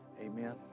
Amen